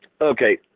okay